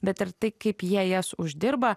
bet ir tai kaip jie jas uždirba